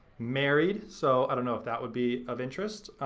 married, so i don't know if that would be of interest.